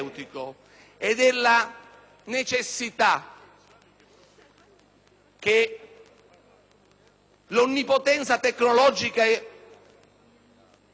che l'onnipotenza tecnologica non degeneri in una